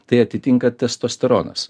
tai atitinka testosteronas